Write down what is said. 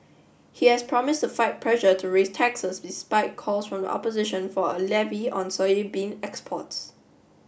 he has promised to fight pressure to raise taxes despite calls from the opposition for a levy on soybean exports